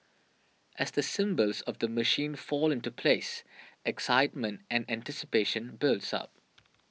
as the symbols of the machine fall into place excitement and anticipation builds up